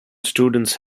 students